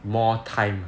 more time